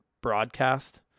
broadcast